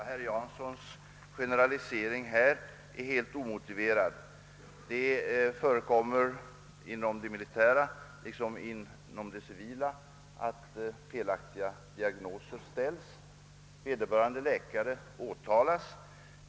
Herr talman! Herr Janssons generalisering här är helt omotiverad. Inom det militära liksom inom det civila förekommer att felaktiga diagnoser ställes och att vederbörande läkare då kan åtalas.